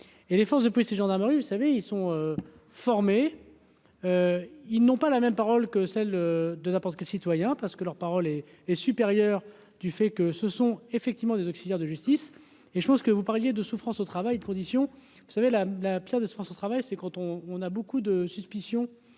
et les forces de police et gendarmerie, vous savez, ils sont formés, ils n'ont pas la même parole que celle de n'importe quel citoyen parce que leur parole et et supérieur du fait que ce sont effectivement des auxiliaires de justice et je pense que vous parliez de souffrance au travail de conditions vous savez la la Pierre de souffrance au travail, c'est quand on on a beaucoup de suspicion